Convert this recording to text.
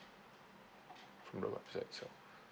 from the website itself